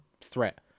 threat